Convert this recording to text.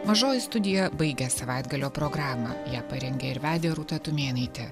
mažoji studija baigė savaitgalio programą ją parengė ir vedė rūta tumėnaitė